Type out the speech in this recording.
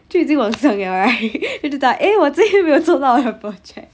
就已经晚上了 right then 就到 eh 我今天没有做到我的 project